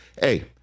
Hey